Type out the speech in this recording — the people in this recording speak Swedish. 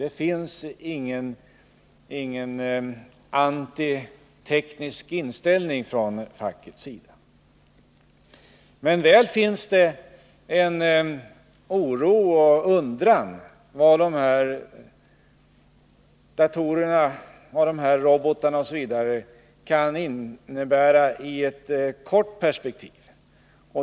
Det finns ingen antiteknisk inställning från fackets sida, men väl finns det en oro och en undran över vad de här datorerna, robotarna osv. kan innebära i ett kort perspektiv.